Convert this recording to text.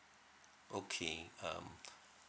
okay um